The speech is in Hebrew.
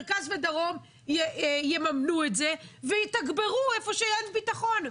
מרכז ודרום יממנו את זה ויתגברו איפה שאין ביטחון.